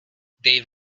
they